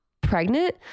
pregnant